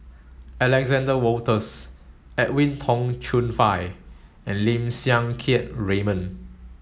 Alexander Wolters Edwin Tong Chun Fai and Lim Siang Keat Raymond